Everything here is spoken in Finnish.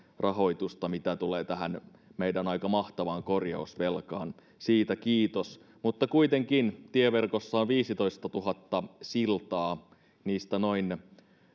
rahoitusta mitä tulee tähän meidän aika mahtavaan korjausvelkaan siitä kiitos mutta kuitenkin tieverkossa on viisitoistatuhatta siltaa ja niistä noin